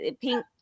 Pink